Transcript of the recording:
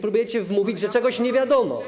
Próbujecie wmówić, że czegoś nie wiadomo.